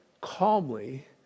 calmly